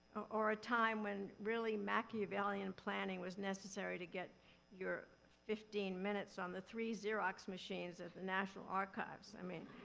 or a time when really machiavellian planning was necessary to get your fifteen minutes on the three xerox machines at the national archives. i mean,